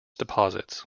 deposits